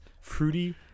fruity